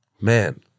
man